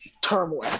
turmoil